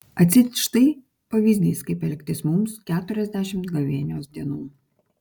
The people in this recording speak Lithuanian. atseit štai pavyzdys kaip elgtis mums keturiasdešimt gavėnios dienų